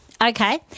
Okay